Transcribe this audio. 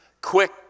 quick